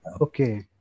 Okay